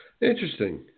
Interesting